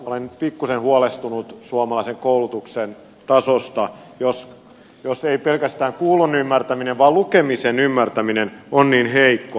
olen pikkuisen huolestunut suomalaisen koulutuksen tasosta jos ei pelkästään kuullun ymmärtäminen vaan myös lukemisen ymmärtäminen on heikkoa